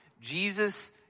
Jesus